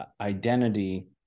identity